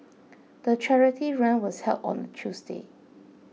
the charity run was held on a Tuesday